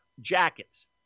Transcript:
jackets